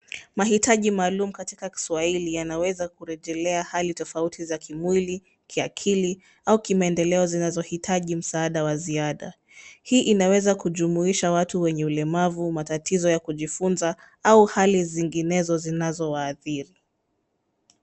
Mahitaji maalumu katika Kiswahili yanaweza kurejelea hali tofauti za kimwili, kiakili, au kimaendeleo zinazohitaji msaada wa ziada. Hii inaweza kujumuisha watu wenye ulemavu, matatizo ya kujifunza, au hali zinginezo zinazowaathiri.